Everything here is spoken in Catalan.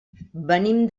venim